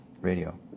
radio